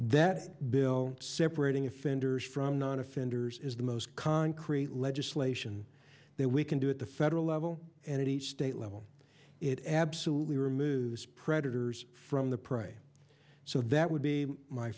that bill separating offenders from non offenders is the most concrete legislation that we can do at the federal level and at each state level it absolutely removes predators from the price so that would be my